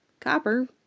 Copper